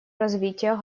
развития